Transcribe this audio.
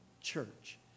church